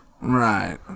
Right